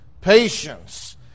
patience